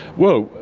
well,